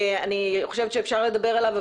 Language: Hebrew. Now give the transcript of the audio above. אני חושבת שאפשר לדבר עליו,